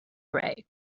array